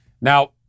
Now